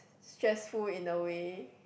stressful in the way